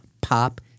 pop